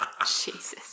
Jesus